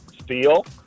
Steel